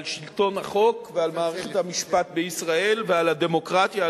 על שלטון החוק ועל מערכת המשפט בישראל ועל הדמוקרטיה,